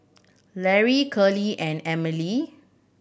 Larae Curley and Emile